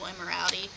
immorality